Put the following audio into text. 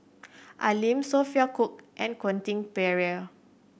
Al Lim Sophia Cooke and Quentin Pereira